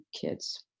kids